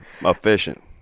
Efficient